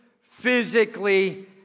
physically